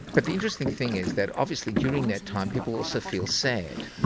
but the interesting thing is that obviously during that time people also feel sad.